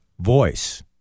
voice